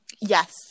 Yes